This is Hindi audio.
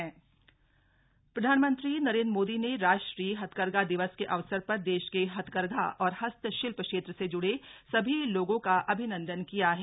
ग्राष्ट्रीय हथकरघा दिवस प्रधानमंत्री नरेन्द्र मोदी ने राष्ट्रीय हथकरघा दिवस के अवसर पर देश के हथकरघा और हस्ततशिल्प क्षेत्र से जुड़े सभी लोगों का अभिनंदन किया है